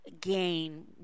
gain